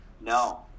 no